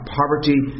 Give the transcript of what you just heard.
poverty